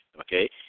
okay